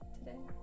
Today